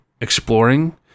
exploring